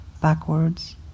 backwards